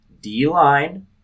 D-line